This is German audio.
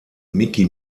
micky